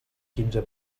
quinze